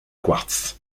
quartz